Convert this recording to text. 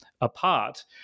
apart